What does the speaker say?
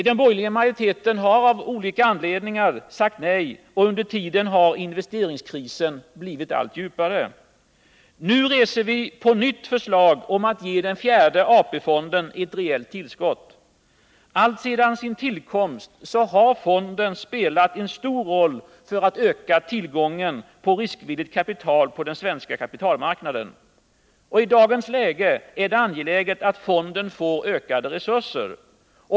Den borgerliga majoriteten harav olika anledningar sagt nej, och under tiden har investeringskrisen blivit allt djupare. Nu reser vi på nytt förslag om att ge den fjärde AP-fonden ett rejält tillskott. Alltsedan sin tillkomst har fonden spelat en stor roll för att öka tillgången på riskvilligt kapital på den svenska kapitalmarknaden. I dagens läge är det angeläget att fonden får ökade resurser.